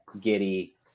Giddy